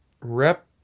Rep